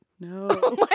No